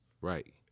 Right